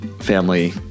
family